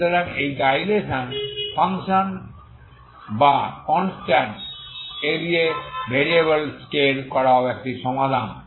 সুতরাং এই dilation function বা কনস্ট্যান্ট a দিয়ে এই ভেরিয়েবল স্কেল করাও একটি সমাধান